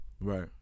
Right